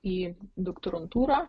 į doktorantūrą